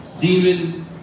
demon